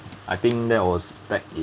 I think that was back in